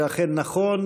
זה אכן נכון,